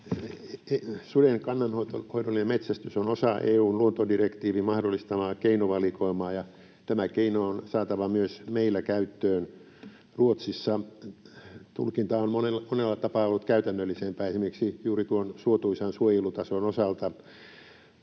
Suden kannanhoidollinen metsästys on osa EU:n luontodirektiivin mahdollistamaa keinovalikoimaa. Tämä keino on saatava myös meillä käyttöön. Ruotsissa tulkinta on monella tapaa ollut käytännöllisempää esimerkiksi juuri suotuisan suojelutason osalta.